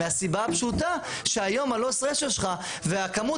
מהסיבה הפשוטה שהיום ה-"לוס רשיו" שלך והכמות